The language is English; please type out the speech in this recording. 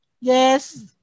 Yes